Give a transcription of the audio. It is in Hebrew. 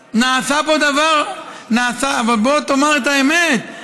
אבל בוא תאמר את האמת,